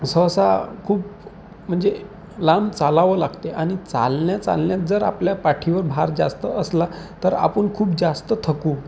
सहसा खूप म्हणजे लांब चालावं लागते आणि चालण्या चालण्यात जर आपल्या पाठीवर भार जास्त असला तर आपण खूप जास्त थकू